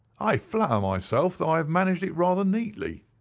i flatter myself that i have managed it rather neatly,